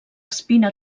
espina